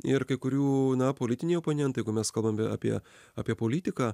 ir kai kurių na politiniai oponentai jeigu mes kalbam apie apie politiką